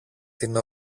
την